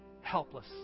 helpless